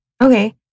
Okay